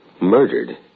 murdered